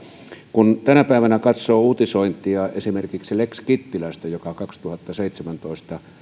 kun tänä päivänä katsoo uutisointia esimerkiksi lex kittilästä kuntalain muutoksesta joka kaksituhattaseitsemäntoista